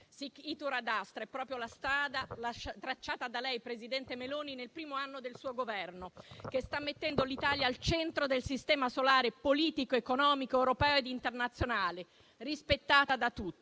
*Sic itur ad astra* è proprio la strada tracciata da lei, presidente Meloni, nel primo anno del suo Governo, che sta mettendo l'Italia al centro del sistema solare, politico, economico, europeo ed internazionale, rispettata da tutti.